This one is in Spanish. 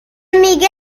miguel